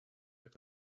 jak